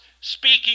speaking